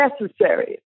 necessary